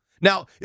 Now